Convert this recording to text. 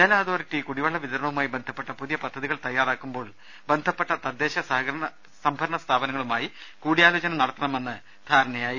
ജലഅതോ റിറ്റി കുടിവെള്ള വിതരണവുമായി ബന്ധപ്പെട്ട പുതിയ പദ്ധതികൾ തയാ റാക്കുമ്പോൾ ബന്ധപ്പെട്ട തദ്ദേശ സഹകരണ സ്ഥാപനവുമായി കൂടി യാലോചന നടത്തണമെന്ന് ധാരണയായി